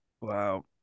wow